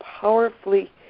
powerfully